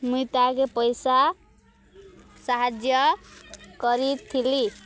ମୁଇଁ ତାହାକେ ପଇସା ସାହାଯ୍ୟ କରିଥିଲି